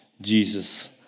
Jesus